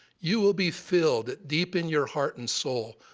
you will be filled, deep in your heart and soul,